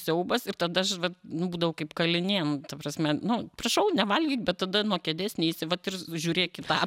siaubas ir tada aš vat nu būdavau kaip kalinė nu ta prasme nu prašau nevalgyk bet tada nuo kėdės neisi vat ir žiūrėk į tą